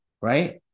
right